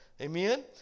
amen